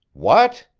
what!